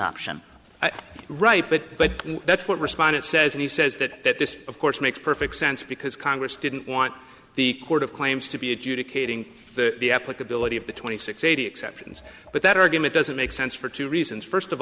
option right but but that's what respondent says and he says that that this of course makes perfect sense because congress didn't want the court of claims to be adjudicating the applicability of the twenty six eighty exceptions but that argument doesn't make sense for two reasons first of